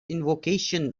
invocation